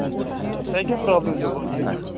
اَچھا اَچھا ٹھیٖک تۄہہِ کیٛاہ پرٛابلِم چھَو باسان حظ